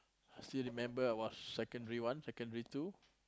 I still remember I was secondary one secondary two